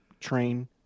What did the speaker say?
Train